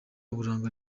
uburanga